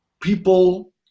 people